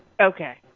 Okay